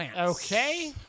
Okay